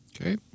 Okay